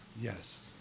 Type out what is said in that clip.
yes